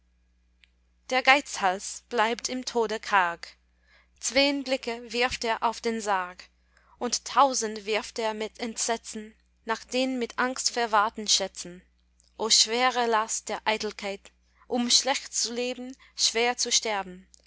der geizhals bleibt im tode karg zween blicke wirft er auf den sarg und tausend wirft er mit entsetzen nach den mit angst verwahrten schätzen o schwere last der eitelkeit um schlecht zu leben schwer zu sterben